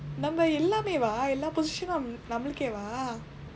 நம்ம எல்லாமேவா எல்லா :namma ellaameevaa ellaa position நம்மளுக்கேவா:nammalukkeevaa